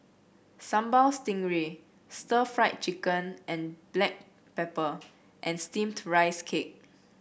Sambal Stingray Stir Fried Chicken and Black Pepper and steamed Rice Cake